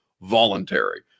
voluntary